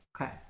Okay